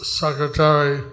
secretary